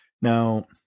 Now